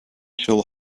shall